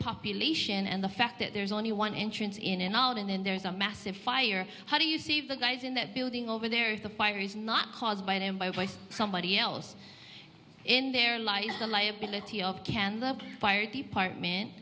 population and the fact that there's only one entrance in and out and then there's a massive fire how do you see the guys in that building over there if the fire is not caused by them by somebody else in their life the liability of can the fire department